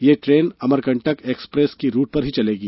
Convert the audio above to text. यह train Amarkantak express की route पर ही चलेगी